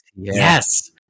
Yes